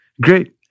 Great